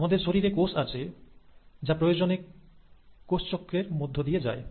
আমাদের শরীরে কোষ আছে যা প্রয়োজনে কোষচক্রের মধ্য দিয়ে যায়